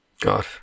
God